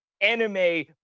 anime